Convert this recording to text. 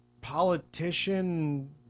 politician